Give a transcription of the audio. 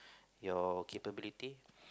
your capability